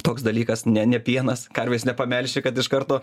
toks dalykas ne ne pienas karvės nepamelši kad iš karto